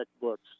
Books